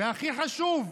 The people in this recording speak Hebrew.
והכי חשוב,